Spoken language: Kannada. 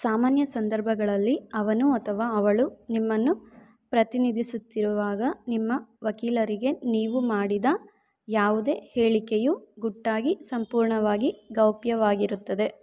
ಸಾಮಾನ್ಯ ಸಂದರ್ಭಗಳಲ್ಲಿ ಅವನು ಅಥವಾ ಅವಳು ನಿಮ್ಮನ್ನು ಪ್ರತಿನಿಧಿಸುತ್ತಿರುವಾಗ ನಿಮ್ಮ ವಕೀಲರಿಗೆ ನೀವು ಮಾಡಿದ ಯಾವುದೆ ಹೇಳಿಕೆಯು ಗುಟ್ಟಾಗಿ ಸಂಪೂರ್ಣವಾಗಿ ಗೌಪ್ಯವಾಗಿರುತ್ತದೆ